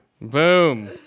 Boom